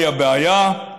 מהי הבעיה?